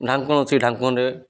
ଢାଙ୍କଣି ଅଛି ସେ ଢାଙ୍କଣିରେ